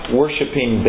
worshipping